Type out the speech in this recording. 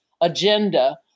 agenda